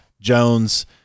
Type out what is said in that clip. Jones